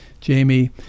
Jamie